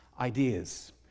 ideas